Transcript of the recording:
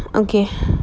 okay